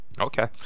Okay